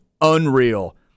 unreal